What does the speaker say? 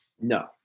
No